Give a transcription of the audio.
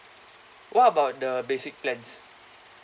what about the basic plans